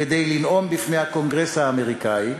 כדי לנאום בפני הקונגרס האמריקני.